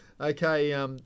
Okay